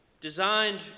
designed